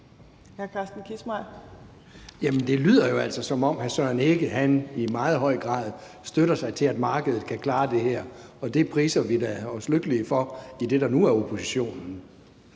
jo altså, som om hr. Søren Egge Rasmussen i meget høj grad støtter sig til, at markedet kan klare det her. De priser vi os da lykkelige for i det, der nu er oppositionen.